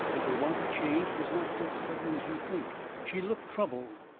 if there was a change, was not so sudden as you think. she looked troubled,